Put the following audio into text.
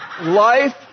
Life